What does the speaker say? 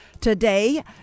Today